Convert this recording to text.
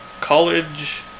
college